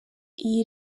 iyi